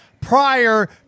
prior